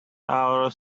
our